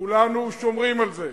כולנו שומרים על זה.